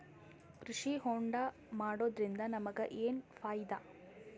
ಕೃಷಿ ಹೋಂಡಾ ಮಾಡೋದ್ರಿಂದ ನಮಗ ಏನ್ ಫಾಯಿದಾ?